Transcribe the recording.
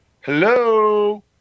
Hello